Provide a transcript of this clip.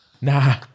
Nah